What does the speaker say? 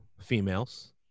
females